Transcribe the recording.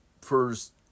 first